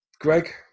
Greg